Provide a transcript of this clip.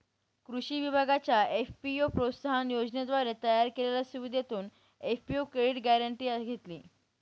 कृषी विभागाच्या एफ.पी.ओ प्रोत्साहन योजनेद्वारे तयार केलेल्या सुविधेतून एफ.पी.ओ क्रेडिट गॅरेंटी घेतली